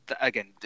again